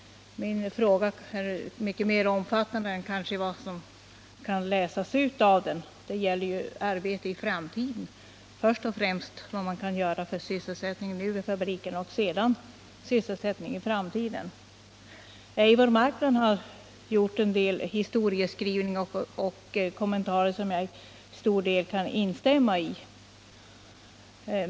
Min fråga är mycket mer omfattande än vad som kanske kan läsas ut av den. Den gäller först och främst vad man kan göra för sysselsättningen vid fabrikerna och sedan sysselsättningen för framtiden. 107 Eivor Marklund har gjort en historieskrivning och gett några kommentarer som jag till stor del kan instämma i.